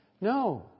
No